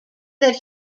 that